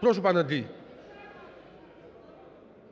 Прошу, пане Андрій.